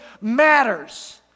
matters